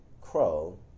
Crow